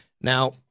Now –